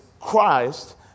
Christ